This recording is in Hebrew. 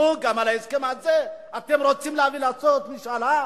נו, גם על ההסכם הזה אתם רוצים לעשות משאל עם?